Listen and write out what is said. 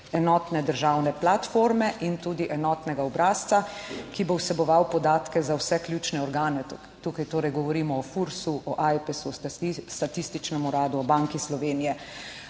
enotne državne platforme in tudi enotnega obrazca, ki bo vseboval podatke za vse ključne organe. Tukaj torej govorimo o FURS, o Ajpesu, Statističnem uradu, o Banki Slovenije